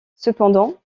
cependant